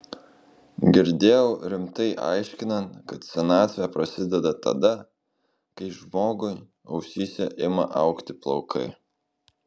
girdėjau rimtai aiškinant kad senatvė prasideda tada kai žmogui ausyse ima augti plaukai